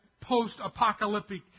post-apocalyptic